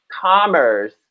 commerce